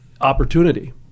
opportunity